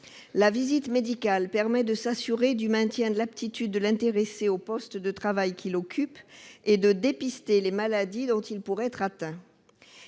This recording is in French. La visite médicale permet de s'assurer du maintien de l'aptitude de l'intéressé au poste de travail qu'il occupe et de dépister les maladies dont il pourrait être atteint.